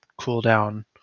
cooldown